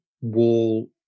wall